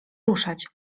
ruszać